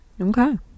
Okay